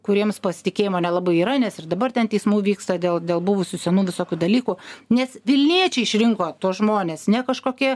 kuriems pasitikėjimo nelabai yra nes ir dabar ten teismų vyksta dėl dėl buvusių senų visokių dalykų nes vilniečiai išrinko tuos žmones ne kažkokie